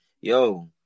yo